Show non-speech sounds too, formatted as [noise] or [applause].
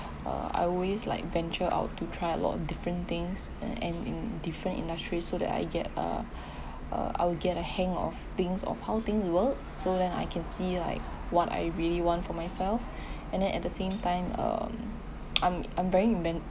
uh I always like venture out to try a lot of different things and in different industries so that I get uh [breath] uh I will get a hang of things of how things work so then I can see like what I really want for myself and then at the same time um I'm I'm very inven~